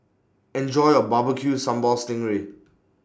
Enjoy your Barbecue Sambal Sting Ray